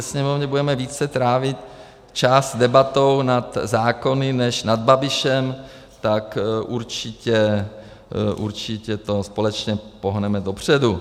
Sněmovně budeme více trávit čas debatou nad zákony než nad Babišem, tak určitě tím společně pohneme dopředu.